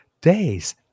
days